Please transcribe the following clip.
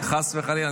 חס וחלילה,